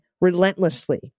relentlessly